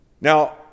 now